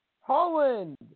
Holland